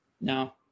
no